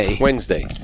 Wednesday